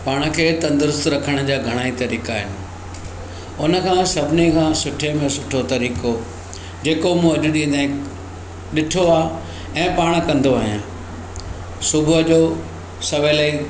पाण खे तंदुरुस्तु रखण जा घणाई तरीक़ा आहिनि उनखां सभिनी खां सुठे में सुठो तरीक़ो जेको मूं अॼु ॾींहुं ताईं ॾिठो आहे ऐं पाण कंदो आहियां सुबुह जो सवेल ई